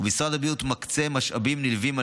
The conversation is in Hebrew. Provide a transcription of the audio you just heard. ומשרד הבריאות מקצה משאבים נלווים על